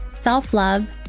self-love